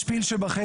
יש פיל שבחדר,